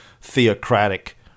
theocratic